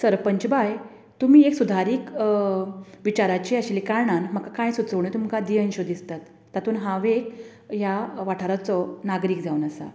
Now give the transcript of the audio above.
सरपांच बाय तुमी एक सुदारीक विचाराची आशिल्ले कारणान म्हाका कांय सुचोवण्यो तुमकां दियेनश्यो दिसतात तातूंत हांव एक ह्या वाठाराचो नागरीक जावन आसां